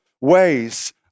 ways